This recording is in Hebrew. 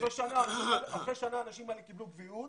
אחרי שנה האנשים האלה קיבלו קביעות,